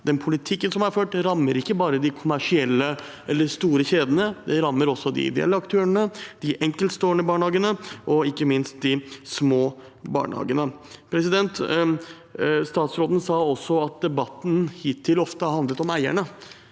er ført, rammer ikke bare de kommersielle eller de store kjedene, de rammer også de ideelle aktørene, de enkeltstående barnehagene og ikke minst de små barnehagene. Statsråden sa også at debatten hittil ofte har handlet om eierne,